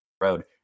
road